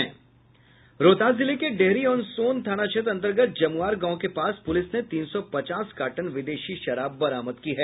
रोहतास जिले के डेहरी ऑन सोन थाना क्षेत्र अंतर्गत जमुआर गांव के पास पुलिस ने तीन सौ पचास कार्टन विदेशी शराब बरामद की है